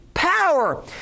Power